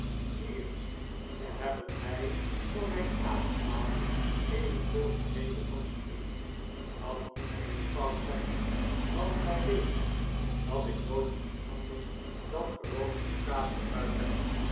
zie eens zij hebben mij voor mjjn avondmaal evenveel gerekend als u dat moet eene fout zyn want gij weet dat ik nooit iets anders dan geroosterde kaas gebruikt heb